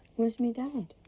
me dad?